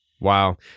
Wow